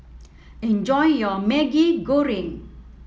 enjoy your Maggi Goreng